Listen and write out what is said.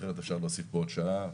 אחרת אפשר להוסיף פה עוד שעה,